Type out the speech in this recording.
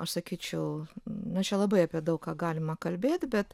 aš sakyčiau nu čia labai apie daug ką galima kalbėti bet